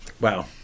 Wow